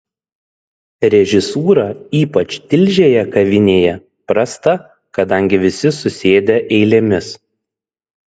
režisūra ypač tilžėje kavinėje prasta kadangi visi susėdę eilėmis